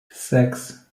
sechs